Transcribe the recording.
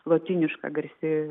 lotyniška garsi